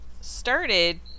Started